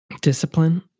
Discipline